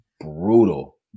Brutal